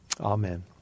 Amen